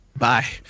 Bye